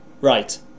right